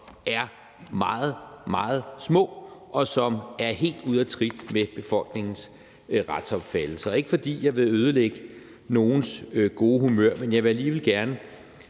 er meget, meget små, og som er helt ude af trit med befolkningens retsopfattelse. Det er ikke, fordi jeg vil ødelægge nogens gode humør, men jeg vil alligevel gerne